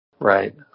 Right